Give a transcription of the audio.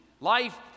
Life